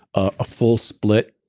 a full split,